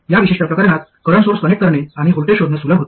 या विशिष्ट प्रकरणात करंट सोर्स कनेक्ट करणे आणि व्होल्टेज शोधणे सुलभ होते